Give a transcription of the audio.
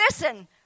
Listen